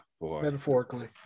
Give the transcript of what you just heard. Metaphorically